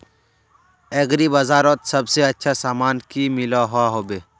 Agri बजारोत सबसे अच्छा सामान की मिलोहो होबे?